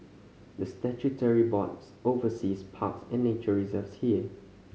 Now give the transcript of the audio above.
the statutory board oversees parks and nature reserves here